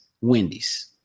Wendy's